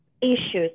issues